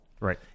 Right